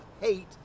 hate